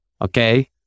okay